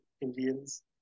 Indians